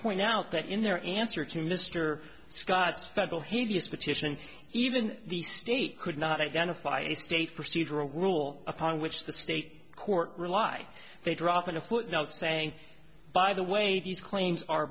point out that in their answer to mr scott's federal hideous petition even the state could not identify a state procedural rule upon which the state court rely they drop in a footnote saying by the way these claims are